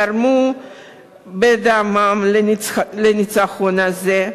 תרמו בדמם לניצחון הזה,